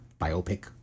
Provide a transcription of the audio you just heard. Biopic